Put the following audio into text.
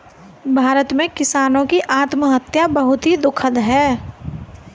भारत में किसानों की आत्महत्या बहुत ही दुखद है